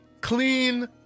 clean